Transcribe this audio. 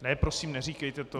Ne, prosím, neříkejte to!